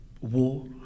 war